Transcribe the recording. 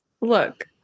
Look